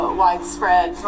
widespread